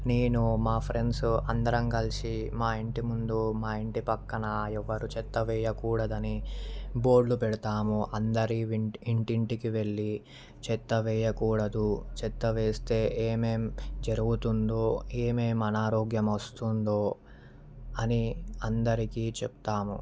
నేను మా ఫ్రెండ్సు అందరం కలిసి మా ఇంటి ముందు మా ఇంటి పక్కన ఎవ్వరూ చెత్త వేయకూడదని బోర్డ్ పెడతాము అందరి ఇంటింటికి వెళ్లి చెత్త వేయకూడదు చెత్త వేస్తే ఏమేం జరుగుతుందో ఏమేం అనారోగ్యం వస్తుందో అని అందరికీ చెప్తాము